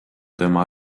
tema